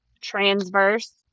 transverse